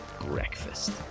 breakfast